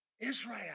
Israel